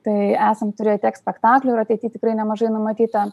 tai esam turėję tiek spektaklių ir ateity tikrai nemažai numatyta